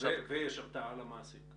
ויש הרתעה למעסיק.